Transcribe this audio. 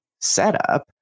setup